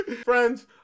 Friends